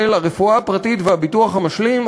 של הרפואה הפרטית והביטוח המשלים,